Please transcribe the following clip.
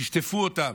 תשטפו אותם.